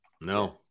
No